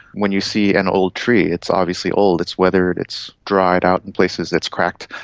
when you see an old tree, it's obviously old, it's weathered, it's dried out in places, it's cracked.